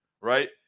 right